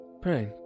Pray